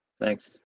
Thanks